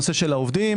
העובדים.